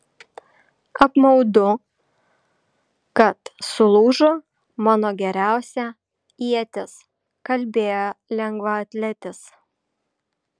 apmaudu kad sulūžo mano geriausia ietis kalbėjo lengvaatletis